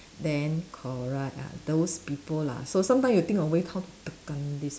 then correct ah those people lah so sometimes you think of way how to tekan these